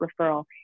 referral